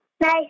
Nice